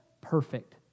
perfect